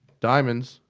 diamonds!